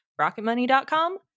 Rocketmoney.com